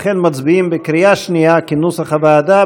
לכן מצביעים בקריאה שנייה כנוסח הוועדה.